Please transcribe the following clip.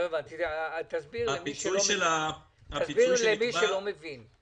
תסביר למי שלא מבין.